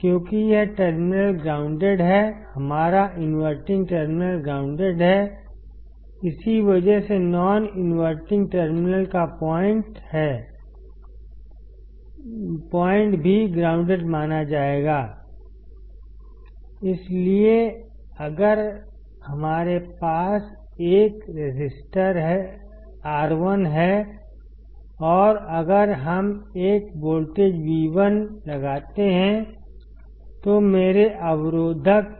क्योंकि यह terminal grounded है हमारा इनवर्टिंग टर्मिनल ग्राउंडेड है इसी वजह से नॉन इन्वर्टिंग टर्मिनल का पॉइंट भी ग्राउंडेड माना जाएगा इसलिए अगर हमारे पास एक रेसिस्टर R 1 है और अगर हम एक वोल्टेज V1 लगाते हैं तो मेरे अवरोधक